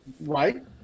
right